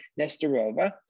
Nesterova